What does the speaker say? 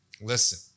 listen